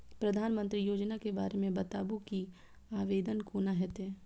प्रधानमंत्री योजना के बारे मे बताबु की आवेदन कोना हेतै?